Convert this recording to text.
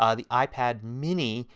ah the ipad mini,